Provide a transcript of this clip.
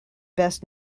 best